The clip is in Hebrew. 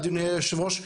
אדוני היושב ראש,